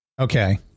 Okay